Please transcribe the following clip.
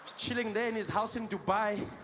chilling there in his house in dubai